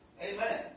Amen